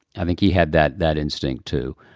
i think he had that that instinct, too.